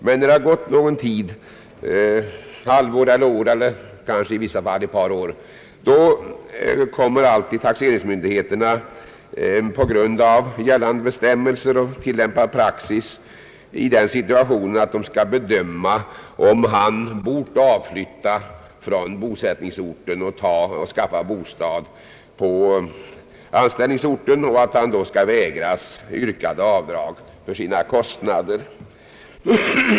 Men när det har gått någon tid — ett halvår, ett år eller kanske i vissa fall ett par år — måste taxeringsmyndigheterna, på grund av gällande bestämmelser och tillämpad praxis, bedöma om han bort flytta från bosättningsorten och skaffa bostad på anställningsorten och om han därför skall vägras yrkat avdrag för sina kostnader.